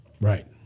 Right